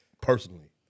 personally